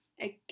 Again